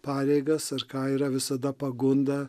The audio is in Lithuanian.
pareigas ar ką yra visada pagunda